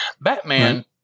Batman